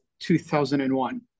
2001